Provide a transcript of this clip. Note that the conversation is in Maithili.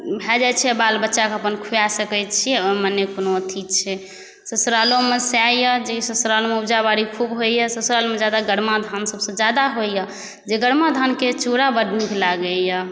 भऽ जाइ छै बाल बच्चाके अपन खुआ सकै छै ओहिमे नहि कोनो अथी छै ससुरालोमे सएह अइ जे ससुरालमे उपजा बाड़ी खूब होइए ससुरालमे सभसँ ज्यादा गरमा धान सभसँ ज्यादा होइए जे गरमा धानके चूड़ा बड नीक लागैए